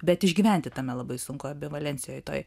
bet išgyventi tame labai sunku ambivalencijoj toj